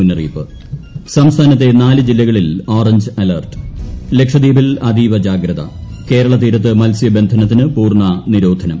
മുന്നറിയിപ്പ് സംസ്ഥാനത്തെ നാലു ജില്ലകളിൽ ഓറഞ്ച് അലർട്ട് ലക്ഷദ്വീപിൽ അതീവ ജാഗ്രത കേരളതീരത്ത് മത്സ്യബന്ധനത്തിന് പൂർണ നിരോധനം